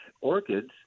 orchids